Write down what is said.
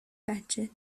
بچه